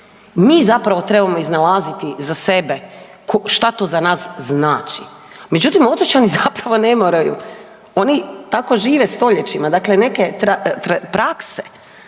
Mi zapravo trebamo iznalaziti za sebe šta to za nas znači. Međutim otočani zapravo ne moraju. Oni tako žive stoljećima. Dakle, neke prakse